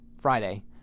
Friday